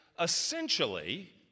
essentially